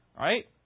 Right